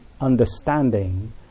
understanding